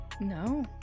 no